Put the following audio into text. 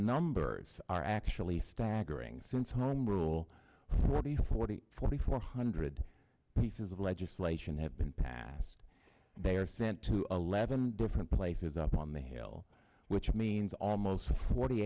numbers are actually staggering since home rule forty forty forty four hundred pieces of legislation have been passed they are sent to eleven different places up on the hill which means almost forty